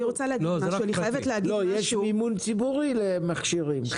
יש מימון ציבורי למכשירים.